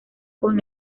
con